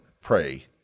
pray